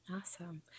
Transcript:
awesome